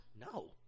No